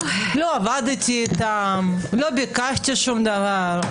לא עבדתי איתם, לא ביקשתי שום דבר,